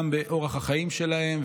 גם באורח החיים שלהם,